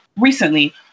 recently